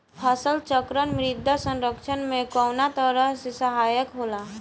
फसल चक्रण मृदा संरक्षण में कउना तरह से सहायक होला?